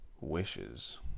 wishes